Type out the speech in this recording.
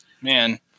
man